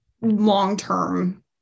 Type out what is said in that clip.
long-term